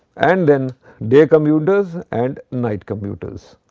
and then day commuters and night commuters.